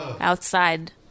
outside